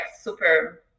super